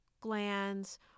glands